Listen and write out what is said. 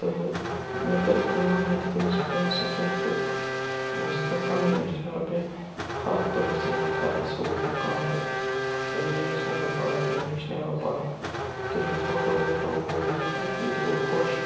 تہٕ مےٚ کٔر کٲم مےٚ دِتۍ أمِس پونٛسہٕ کینٛہہ تہٕ أمِس دیُت مےٚ کَمٕے أمِس دیُت مےٚ رۄپیہِ ہَتھ دوٚپمَس ہے وَنۍ کَر اَسہِ ہُہ یہِ کَم تہٕ أمۍ نی ٲسۍ نہروٗ پارَک اَمہِ وُچھ نہرو پارَک تُلِن فوٹو ووٹو ہُہ یہِ تہٕ یِتہِ گوٚو خۄش